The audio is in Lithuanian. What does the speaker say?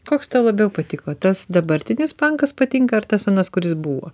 koks tau labiau patiko tas dabartinis bankas patinka ar tas anas kuris buvo